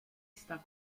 sta